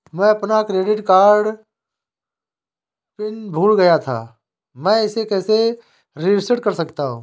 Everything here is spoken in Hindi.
मैं अपना क्रेडिट कार्ड पिन भूल गया था मैं इसे कैसे रीसेट कर सकता हूँ?